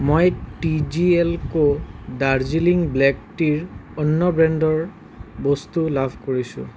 মই T G L co Darjeeling black টিৰ অন্য ব্ৰেণ্ডৰ বস্তু লাভ কৰিছোঁ